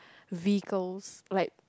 vehicles like